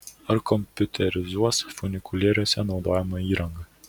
ar kompiuterizuos funikulieriuose naudojamą įrangą